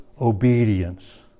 obedience